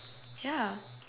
yeah